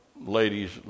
ladies